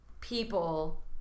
people